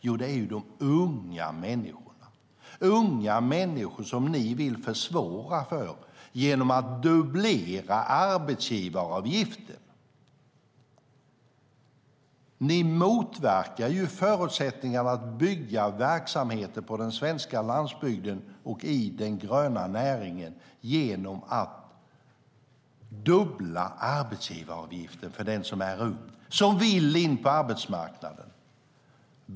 Jo, det är unga människor - unga människor som ni vill försvåra för genom att dubblera arbetsgivaravgiften. Ni motverkar ju förutsättningarna att skapa verksamheter på den svenska landsbygden och i den gröna näringen genom att fördubbla arbetsgivaravgiften för den som är ung och vill in på arbetsmarknaden.